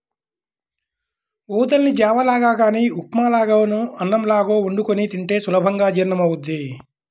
ఊదల్ని జావ లాగా గానీ ఉప్మా లాగానో అన్నంలాగో వండుకొని తింటే సులభంగా జీర్ణమవ్వుద్ది